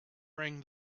rang